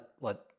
let